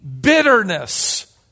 Bitterness